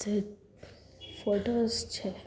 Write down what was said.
છે ફોટોસ છે